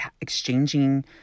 exchanging